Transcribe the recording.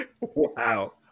Wow